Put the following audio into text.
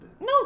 No